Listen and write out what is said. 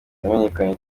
yamenyekanye